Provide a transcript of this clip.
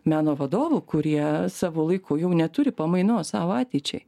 meno vadovų kurie savo laiku jau neturi pamainos sau ateičiai